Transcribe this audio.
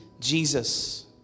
jesus